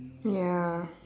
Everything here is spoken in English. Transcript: ya